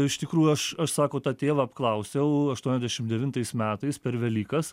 iš tikrųjų aš aš sako tą tėvą apklausiau aštuondešim devintais metais per velykas